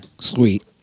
Sweet